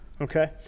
okay